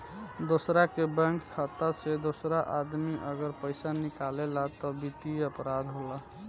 दोसरा के बैंक खाता से दोसर आदमी अगर पइसा निकालेला त वित्तीय अपराध होला